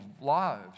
lives